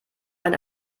eine